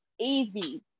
easy